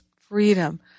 freedom